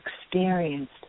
experienced